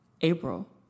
April